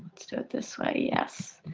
do it this way. yes.